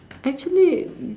actually